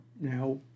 Now